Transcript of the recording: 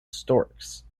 storks